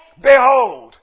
Behold